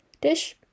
dish